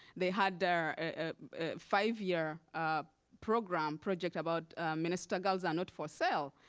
they had their five year ah program. project about minnesota girls are not for sale,